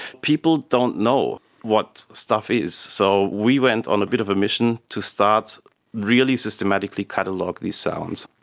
people don't know what stuff is. so we went on a bit of a mission to start really systematically cataloguing these sounds.